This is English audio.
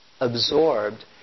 absorbed